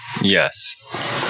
Yes